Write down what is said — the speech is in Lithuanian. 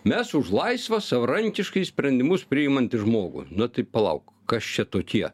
mes už laisvą savarankiškai sprendimus priimantį žmogų na tai palauk kas čia tokie